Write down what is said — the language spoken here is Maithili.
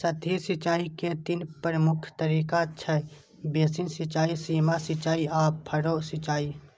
सतही सिंचाइ के तीन प्रमुख तरीका छै, बेसिन सिंचाइ, सीमा सिंचाइ आ फरो सिंचाइ